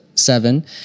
Seven